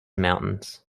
mountains